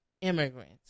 immigrants